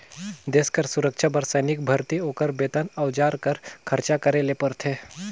देस कर सुरक्छा बर सैनिक भरती, ओकर बेतन, अउजार कर खरचा करे ले परथे